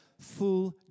full